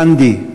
גנדי,